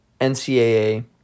NCAA